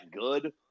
good